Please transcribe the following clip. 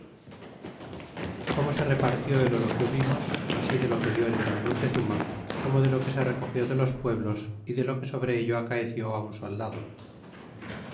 como se repartió el oro que hubimos ai de lo que dió el gran montezuma como de lo que se recogió de los pueblos y de lo que sobre ello acaeció á un soldado